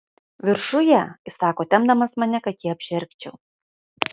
viršuje įsako tempdamas mane kad jį apžergčiau